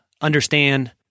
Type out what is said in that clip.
understand